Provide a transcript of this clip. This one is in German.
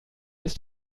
ist